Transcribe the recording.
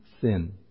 sin